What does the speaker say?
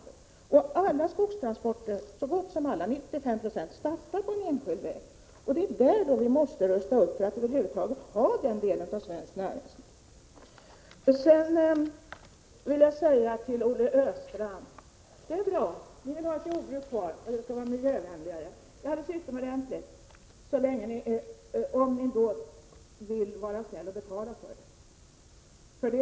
Så gott som alla skogstransporter, 95 26, startar på en enskild väg. Det är där vi måste rusta upp för att över huvud taget kunna bedriva denna del av svenskt näringsliv. Det är bra att Olle Östrand vill ha ett jordbruk kvar och att det skall vara miljövänligare. Det är alldeles utomordentligt, om ni bara vill vara snälla att betala för det.